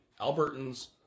Albertans